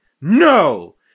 no